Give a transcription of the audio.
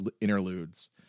interludes